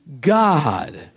God